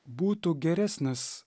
būtų geresnis